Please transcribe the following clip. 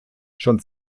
schon